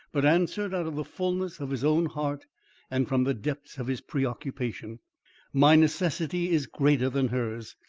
but answered out of the fulness of his own heart and from the depths of his preoccupation my necessity is greater than hers.